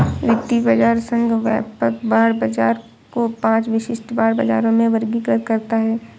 वित्तीय बाजार संघ व्यापक बांड बाजार को पांच विशिष्ट बांड बाजारों में वर्गीकृत करता है